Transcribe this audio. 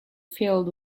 filled